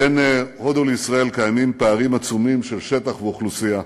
בין הודו לישראל קיימים פערים עצומים של שטח ואוכלוסייה,